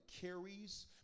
carries